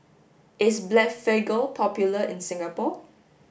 is Blephagel popular in Singapore